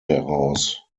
heraus